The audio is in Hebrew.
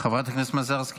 חברת הכנסת מזרסקי.